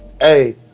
Hey